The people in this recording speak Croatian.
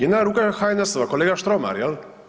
Jedna ruka je HNS-ova kolega Štromar jel?